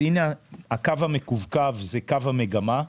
הקו המקווקוו זה קו המגמה.